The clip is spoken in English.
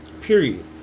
Period